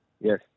Yes